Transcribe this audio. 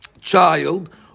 child